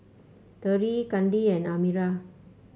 Terrie Kandi and Amira